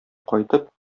кайтып